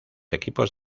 equipos